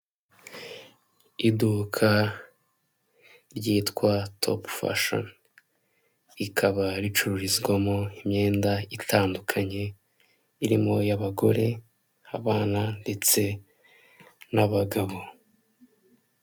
Umugabo w'imisatsi migufiya w'inzobe ufite ubwanwa bwo hejuru wambaye umupira wo kwifubika urimo amabara atandukanye ubururu, umweru n'umukara wambariyemo ishati, araburanishwa.